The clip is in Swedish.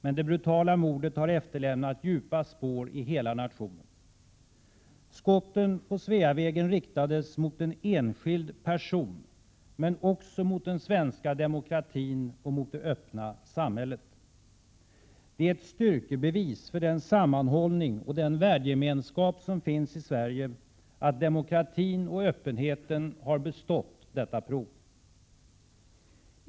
Men det brutala mordet har efterlämnat djupa spår i hela nationen. Skotten på Sveavägen riktades mot en enskild person, men också mot den svenska demokratin och mot det öppna samhället. Det är ett styrkebevis för den sammanhållning och den värdegemenskap som finns i Sverige att demokratin och öppenheten bestått detta prov.